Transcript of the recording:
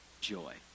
joy